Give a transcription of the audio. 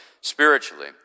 spiritually